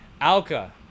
Alka